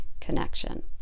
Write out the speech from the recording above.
connection